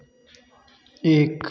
एक